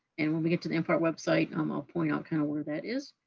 and when we get to the mpart website, um i'll point out kind of where that is.